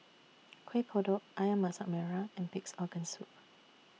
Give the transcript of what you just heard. Kueh Kodok Ayam Masak Merah and Pig'S Organ Soup